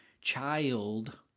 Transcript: child